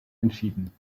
entschieden